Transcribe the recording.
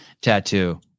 tattoo